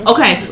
Okay